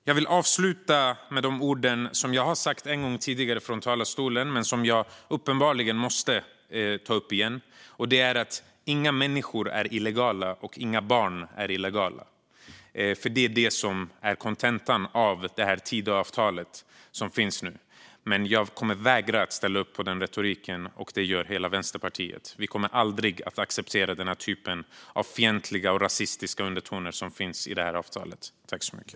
Jag vill avsluta med orden som jag har sagt en gång tidigare här i talarstolen men som jag uppenbarligen måste säga igen: Inga människor är illegala, och inga barn är illegala. Att de är det är kontentan av Tidöavtalet som finns nu, men jag kommer att vägra att ställa upp på den retoriken. Det gör hela Vänsterpartiet. Vi kommer aldrig att acceptera de fientliga och rasistiska undertoner som finns i det här avtalet.